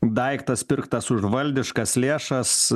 daiktas pirktas už valdiškas lėšas